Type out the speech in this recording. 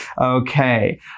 Okay